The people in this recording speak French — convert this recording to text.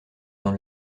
dans